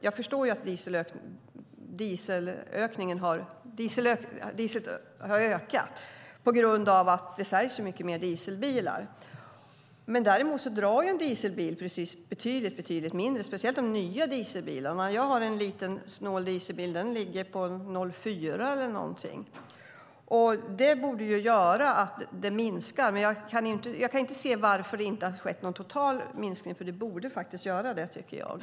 Jag förstår att priset på diesel har ökat på grund av att det säljs många fler dieselbilar. Däremot drar en dieselbil betydligt mindre, speciellt de nya dieselbilarna. Jag har en liten, snål dieselbil som ligger på ungefär 0,4 i förbrukning. Det borde göra att det blir en minskning. Men jag kan inte se varför det inte har skett en minskning totalt, för det borde ha blivit det.